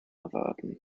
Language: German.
erwarten